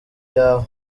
yawe